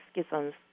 schisms